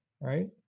right